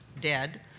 dead